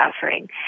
suffering